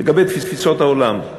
לגבי תפיסות העולם,